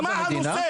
אבל מה הנושא?